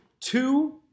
Two